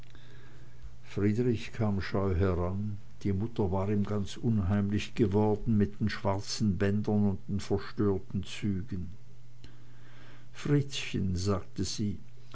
friedrich kam scheu heran die mutter war ihm ganz unheimlich geworden mit den schwarzen bändern und den verstörten zügen fritzchen sagte sie